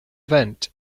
vent